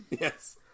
Yes